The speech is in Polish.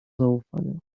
zaufania